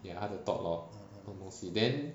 ya 他的 thought lor then